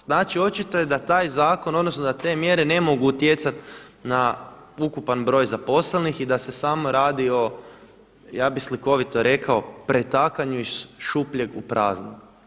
Znači očito je da taj zakon odnosno da te mjere ne mogu utjecati na ukupan broj zaposlenih i da se samo radi, ja bih slikovito rekao, pretakanja iz šupljeg u prazno.